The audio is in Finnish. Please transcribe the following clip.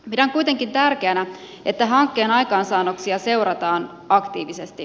pidän kuitenkin tärkeänä että hankkeen aikaansaannoksia seurataan aktiivisesti